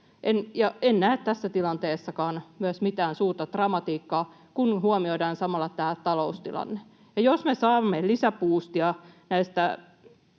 En näe tässä tilanteessakaan myöskään mitään suurta dramatiikkaa, kun huomioidaan samalla tämä taloustilanne. Jos me saamme lisäbuustia näistä